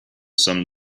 some